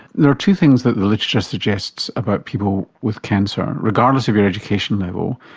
there are two things that the literature suggests about people with cancer, regardless of your education level,